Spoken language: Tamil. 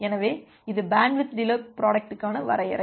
எனவே இது பேண்ட்வித் டிலே புரோடக்ட்கான வரையறை